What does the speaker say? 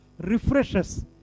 refreshes